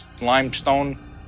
limestone